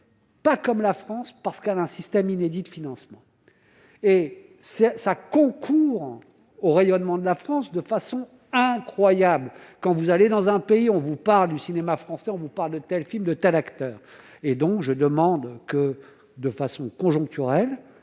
Pas comme la France, parce qu'à l'un système inédit de financement, et c'est ça concourt au rayonnement de la France de façon incroyable, quand vous allez dans un pays, on vous parle du cinéma français, on vous parle de tels films de tels acteurs et donc je demande que de façon conjoncturelle